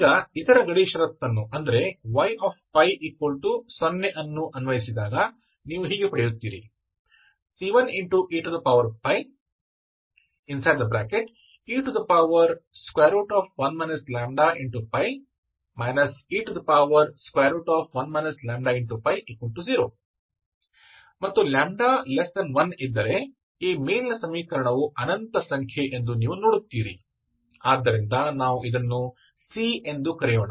ಈಗ ಇತರ ಗಡಿ ಷರತ್ತನ್ನು ಅಂದರೆ yπ 0 ಅನ್ನು ಅನ್ವಯಿಸಿದಾಗ ನೀವು ಹೀಗೆ ಪಡೆಯುತ್ತೀರಿ c1ee1 λ e1 λ0 ಮತ್ತು λ1 ಇದ್ದರೆ ಈ ಮೇಲಿನ ಸಮೀಕರಣವು ಅನಂತ ಸಂಖ್ಯೆ ಎಂದು ನೀವು ನೋಡುತ್ತೀರಿ ಆದ್ದರಿಂದ ನಾವು ಇದನ್ನು c ಎಂದು ಕರೆಯೋಣ